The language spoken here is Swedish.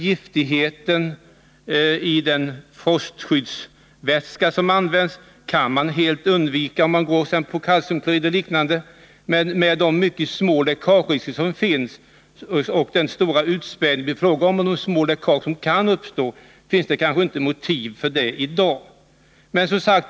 Giftigheten hos den frostskyddsvätska som används kan man helt undvika, om man går på kalciumklorid och liknande. Men med de mycket små 185 läckagerisker som föreligger och den starka utspädning det är fråga om finns kanske inte motiv för det i dag.